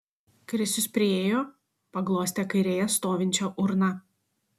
krisius priėjo paglostė kairėje stovinčią urną